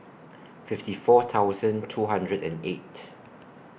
fifty four thousand two hundred and eight